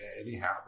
anyhow